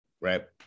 Right